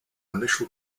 initial